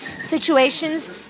situations